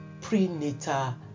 prenatal